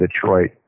Detroit